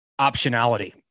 optionality